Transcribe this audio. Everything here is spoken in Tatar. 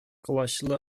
колачлы